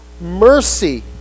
mercy